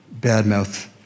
badmouth